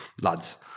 lads